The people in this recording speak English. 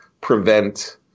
prevent